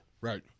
right